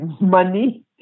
money